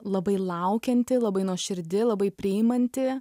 labai laukianti labai nuoširdi labai priimanti